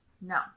No